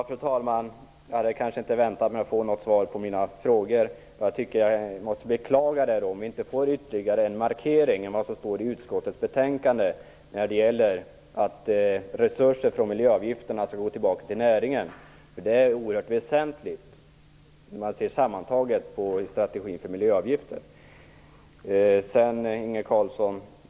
Fru talman! Jag hade kanske inte väntat mig att få något svar på mina frågor. Jag måste beklaga att vi inte får ytterligare en markering utöver vad som står i utskottets betänkande när det gäller att resurser från miljöavgifterna skall gå tillbaka till näringen. Det är oerhört väsentligt, när man ser på strategin för miljöavgifter sammantaget.